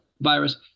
virus